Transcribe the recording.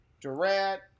Durant